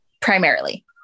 Primarily